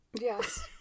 Yes